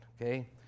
Okay